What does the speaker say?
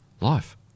life